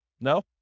No